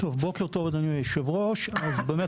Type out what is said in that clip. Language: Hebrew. אדוני היושב-ראש, בוקר טוב.